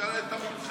תשאל את המומחה.